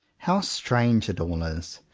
how strange it all is!